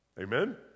Amen